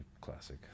classic